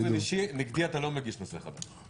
באופן אישי, נגדי אתה לא מגיש נושא חדש.